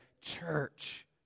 church